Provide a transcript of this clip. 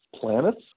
planets